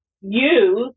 use